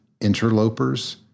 interlopers